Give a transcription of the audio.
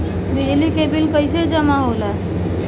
बिजली के बिल कैसे जमा होला?